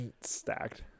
Stacked